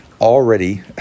Already